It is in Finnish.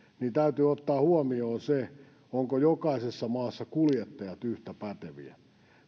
niin täytyy ottaa huomioon ovatko jokaisessa maassa kuljettajat yhtä päteviä